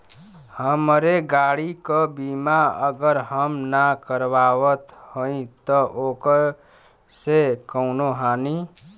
हमरे गाड़ी क बीमा अगर हम ना करावत हई त ओकर से कवनों हानि?